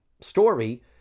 story